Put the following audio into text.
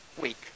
week